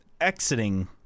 exiting